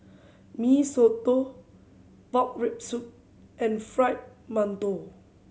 Mee Soto pork rib soup and fry mantou